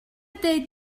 dweud